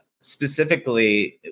specifically